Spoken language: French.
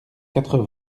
quatre